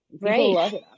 Right